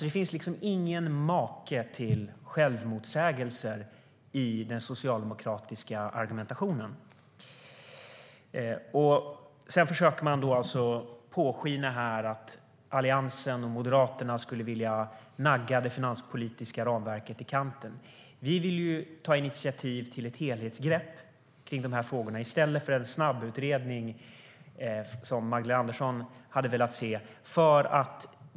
Det finns inte maken till självmotsägelser i den socialdemokratiska argumentationen! Sedan försöker man låta påskina att Alliansen och Moderaterna skulle vilja nagga det finanspolitiska ramverket i kanten. Vi vill ju ta initiativ till ett helhetsgrepp kring de här frågorna, i stället för en snabbutredning, som Magdalena Andersson hade velat se.